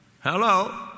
Hello